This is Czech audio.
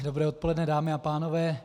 Dobré odpoledne, dámy a pánové.